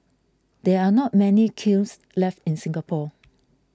there are not many kilns left in Singapore